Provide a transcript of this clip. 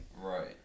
Right